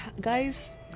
guys